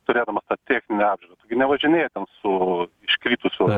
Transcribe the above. turėdamas tą techninę apžiūrą tu gi nevažinėji su iškritusiu